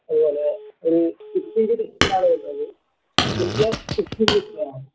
അതുപോലെ ഒരു fifty two സിക്സ്റ്റീനാണ് വരുന്നത് ഡിസ്പ്ലേ സിക്സ്റ്റീൻ ഡിസ്പ്ലേയാണ്